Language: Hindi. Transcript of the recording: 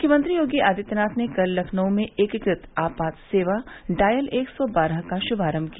मुख्यमंत्री योगी आदित्यनाथ ने कल लखनऊ में एकीकृत आपात सेवा डॉयल एक सौ बारह का शुभारम्भ किया